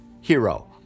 hero